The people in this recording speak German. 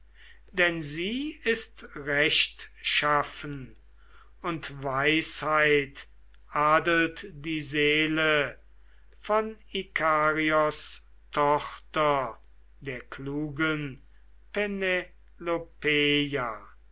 denn sie ist rechtschaffen und weisheit adelt die seele von ikarios tochter der klugen